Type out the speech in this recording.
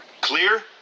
Clear